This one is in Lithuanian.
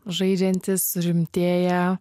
žaidžiantys surimtėję